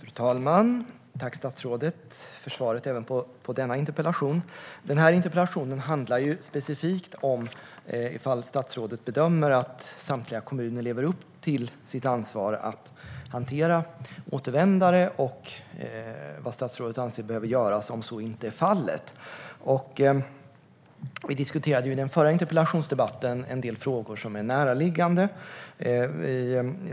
Fru talman! Jag tackar statsrådet för svaret även på denna interpellation. Denna interpellation handlar specifikt om ifall statsrådet bedömer att samtliga kommuner lever upp till sitt ansvar att hantera återvändare och vad statsrådet anser behöver göras om så inte är fallet. Vi diskuterade i den förra interpellationsdebatten en del frågor som är närliggande.